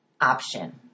option